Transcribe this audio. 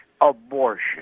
abortion